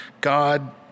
God